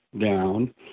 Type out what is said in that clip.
down